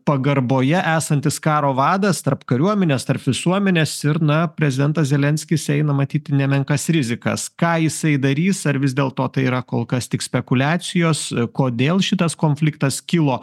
pagarboje esantis karo vadas tarp kariuomenės tarp visuomenės ir na prezidentas zelenskis eina matyt nemenkas rizikas ką jisai darys ar vis dėlto tai yra kol kas tik spekuliacijos kodėl šitas konfliktas kilo